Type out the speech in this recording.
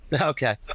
Okay